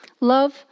Love